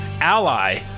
ally